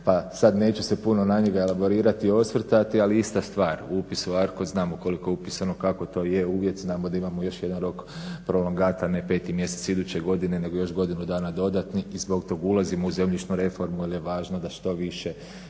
sad neću se puno na njega elaborirati i osvrtati, ali ista stvar. Upis u ARCOD, znamo koliko je upisano, kako to je uvjet, znamo da imamo još jedan rok prolongata, ne 5. mjesec iduće godine nego još godinu dana dodatni i zbog tog ulazimo u zemljišnu reformu jer je važno da što više